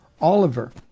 Oliver